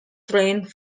trained